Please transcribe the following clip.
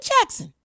Jackson